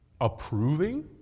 approving